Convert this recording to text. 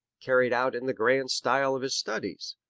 carried out in the grand style of his studies.